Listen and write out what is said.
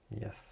Yes